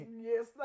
Yes